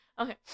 Okay